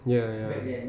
ya ya